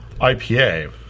IPA